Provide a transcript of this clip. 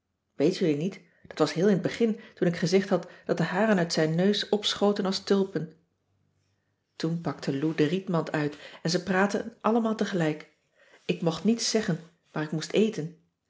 weet jullie niet dat was heel in t begin toen ik gezegd had dat de haren uit zijn neus opschoten als tulpen toen pakte lou de rietmand uit en ze praatten allemaal tegelijk ik mocht niets zeggen maar ik moest eten